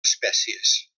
espècies